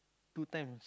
two times